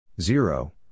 Zero